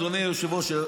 אדוני היושב-ראש,